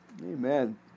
Amen